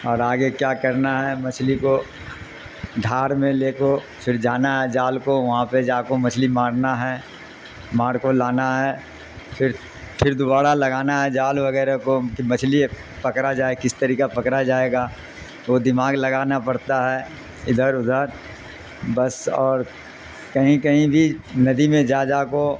اور آگے کیا کرنا ہے مچھلی کو ڈھار میں لے کو پھر جانا ہے جال کو وہاں پہ جا کو مچھلی مارنا ہے ماار کو لانا ہے پھر پھر دوبارہ لگانا ہے جال وغیرہ کو کہ مچھلی پکڑا جائے کس طریقہ پکڑا جائے گا وہ دماغ لگانا پڑتا ہے ادھر ادھر بس اور کہیں کہیں بھی ندی میں جا جا کو